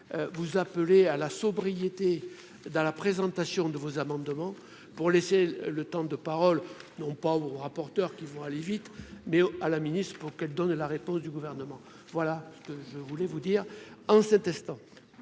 vous appelez à la sobriété dans la présentation de vos amendements pour laisser le temps de parole non pas ou rapporteur qui vont aller vite, mais à la ministre, pour qu'elle donne la réponse du gouvernement : voilà, je voulais vous dire en cet instant.